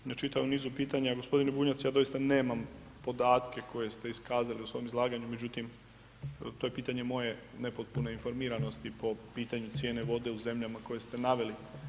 Na čitavom nizu pitanja, g. Bunjac, ja doista nemam podatke koje ste iskazali u svom izlaganju međutim to je pitanje moje nepotpune informiranosti po pitanju cijene vode u zemljama koje ste naveli.